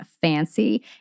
fancy